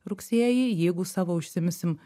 rugsėjį jeigu savo užsiimsim